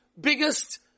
biggest